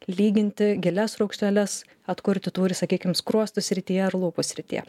lyginti gilias raukšles atkurti tų ir sakykim skruostų srityje ar lūpų srityje